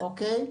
אוקיי.